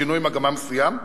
שינוי מגמה מסוים,